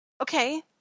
Okay